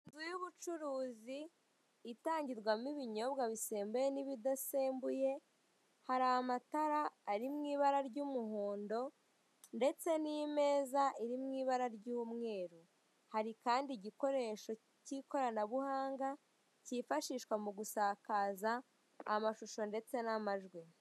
Inzu y'ubucuruzi itangirwamo ibinyobwa bisembuye n'ibidasembuye, hari amatara ari mu ibara ry'umuhondo ndetse n'imeza ari mu ibara ry'umweru; hari kandi igikoresho k'ikoranabuhanga kifashishwa mu gusakaza amashusho ndetse n'amajwi.